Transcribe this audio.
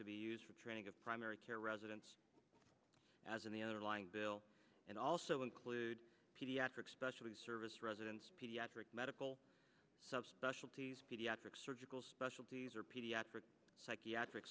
to be used for training of primary care residents as in the underlying bill and also include pediatric specialists service residents pediatric medical specialties pediatric surgical specialties or pediatric psychiatric